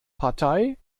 partei